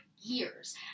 years